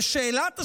ושאלת השאלות,